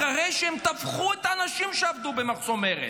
אחרי שהם טבחו את האנשים שעבדו במחסום ארז.